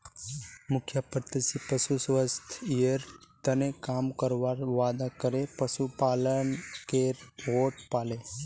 मुखिया प्रत्याशी पशुर स्वास्थ्येर तने काम करवार वादा करे पशुपालकेर वोट पाले